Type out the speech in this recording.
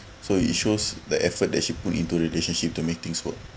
so it shows that effort that she put into relationship to make things work